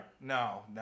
no